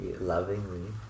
lovingly